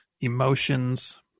emotions